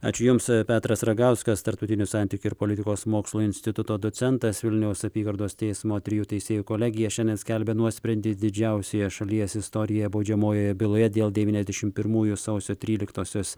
ačiū jums petras ragauskas tarptautinių santykių ir politikos mokslų instituto docentas vilniaus apygardos teismo trijų teisėjų kolegija šiandien skelbia nuosprendį didžiausioje šalies istorijoje baudžiamojoje byloje dėl devyniasdešim pirmųjų sausio tryliktosios